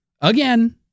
Again